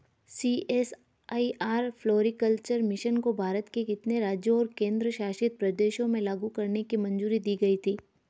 CSIR floriculture mission को भारत के कितने राज्यों और केंद्र शासित प्रदेशों में लागू करने की मंजूरी दी गई थी?